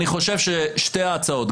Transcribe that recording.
אני חושב ששתי ההצעות,